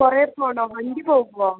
കുറേ പോവണോ വണ്ടി പോകുവോ